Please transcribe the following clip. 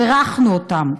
בירכנו אותם.